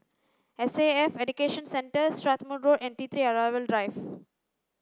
S A F Education Centre Strathmore Road and T three Arrival Drive